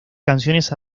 canciones